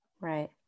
Right